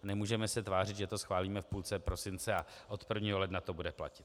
Nemůžeme se tvářit, že to schválíme v půlce prosince a od 1. ledna to bude platit.